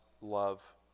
love